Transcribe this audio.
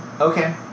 Okay